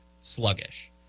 sluggish